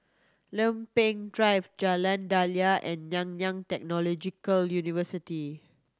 Lempeng Drive Jalan Daliah and Nanyang Technological University